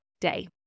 day